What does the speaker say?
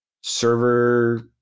server